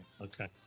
Okay